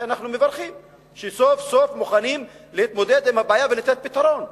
אנחנו מברכים על כך שסוף-סוף מוכנים להתמודד עם הבעיה ולתת פתרון,